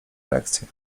erekcję